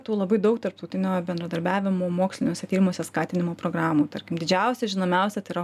tų labai daug tarptautinio bendradarbiavimo moksliniuose tyrimuose skatinimo programų tarkim didžiausia žinomiausia tai yra